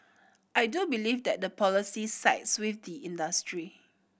I do believe that the policy sides with the industry